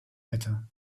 better